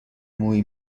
مویی